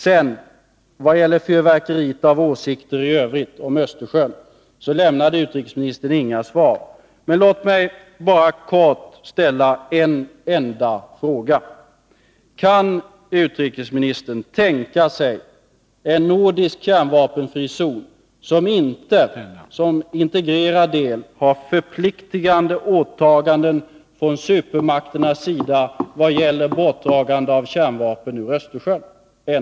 När det gäller fyrverkeriet av åsikter om Östersjön i övrigt vill jag påpeka att utrikesministern inte lämnade några svar. Låt mig bara kort ställa en enda fråga: Kan utrikesministern tänka sig en nordisk kärnvapenfri zon som inte som integrerad del har förpliktigande åtaganden från supermakternas sida när det gäller borttagande av kärnvapen ur Östersjön?